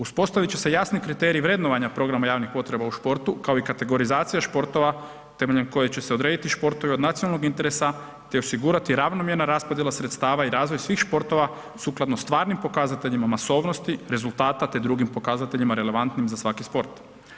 Uspostavit će se jasni kriteriji vrednovanja programa javnih potreba u športu, kao i kategorizacija športova temeljem kojih će se odrediti športovi od nacionalnog interesa te osigurati ravnomjerna raspodjela sredstava i razvoj svih športova sukladno stvarnim pokazateljima masovnosti, rezultata te drugim pokazateljima relevantnim za svaki sport.